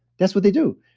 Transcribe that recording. that's what they do.